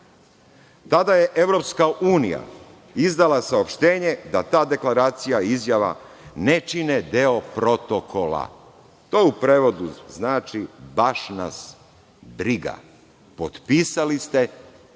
Tada je EU izdala saopštenje da ta deklaracija, izjava ne čine deo protokola. To u prevodu znači – baš nas briga, potpisali ste,